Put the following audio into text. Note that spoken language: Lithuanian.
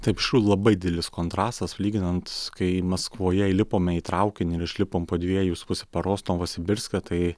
taip iš tikrųjų labai didelis kontrastas lyginant kai maskvoje įlipome į traukinį išlipom po dviejų su puse paros novosibirske tai